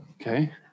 okay